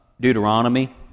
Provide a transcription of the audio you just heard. Deuteronomy